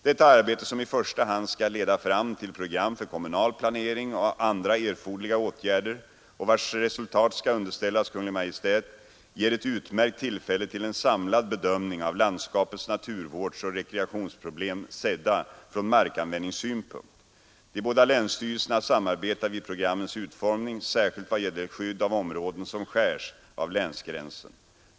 Detta arbete, som i första hand skall leda fram till program för kommunal planering och andra erforderliga åtgärder och vars resultat skall underställas Kungl. Maj:t, ger ett utmärkt tillfälle till en samlad bedömning av landskapets naturvårdsoch rekreationsproblem sedda från markanvändningssynpunkt. De båda länsstyrelserna samarbetar vid programmens utformning, särskilt i vad gäller skydd av områden som skärs av länsgränsen.